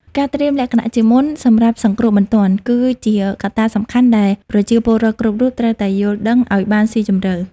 ការត្រៀមលក្ខណៈជាមុនសម្រាប់សង្គ្រោះបន្ទាន់ គឺជាកត្តាសំខាន់ដែលប្រជាពលរដ្ឋគ្រប់រូបត្រូវតែយល់ដឹងឱ្យបានស៊ីជម្រៅ។